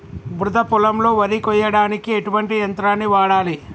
బురద పొలంలో వరి కొయ్యడానికి ఎటువంటి యంత్రాన్ని వాడాలి?